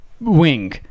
wing